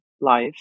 life